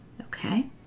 Okay